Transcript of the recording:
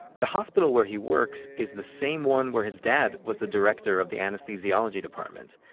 the hospital where he works is the same one where his dad was the director of the anesthesiology department.